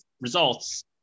results